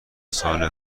ساله